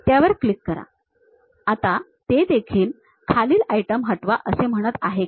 त्यावर क्लिक करा आता ते खालील आयटम हटवा असे म्हणत आहे का